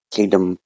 Kingdom